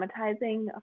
traumatizing